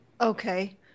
okay